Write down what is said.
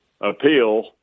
appeal